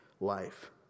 life